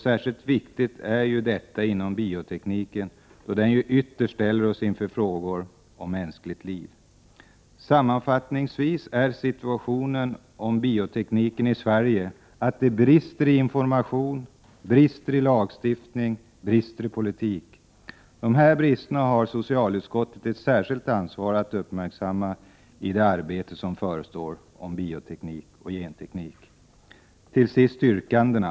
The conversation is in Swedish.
Särskilt viktigt är detta inom biotekniken, då den ytterst ställer oss inför frågor om mänskligt liv. Sammanfattningsvis är situationen när det gäller biotekniken i Sverige den, att det brister i information, lagstiftning och politik. De här bristerna har socialutskottet ett särskilt ansvar att uppmärksamma i det arbete som förestår om bioteknik och genteknik. Till sist yrkandena.